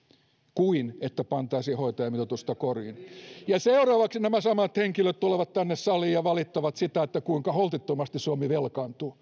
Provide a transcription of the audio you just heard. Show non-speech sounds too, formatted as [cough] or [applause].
kuin sitä että pantaisiin hoitajamitoitusta koriin seuraavaksi nämä samat henkilöt tulevat tänne saliin ja valittavat kuinka holtittomasti suomi velkaantuu [unintelligible]